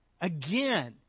Again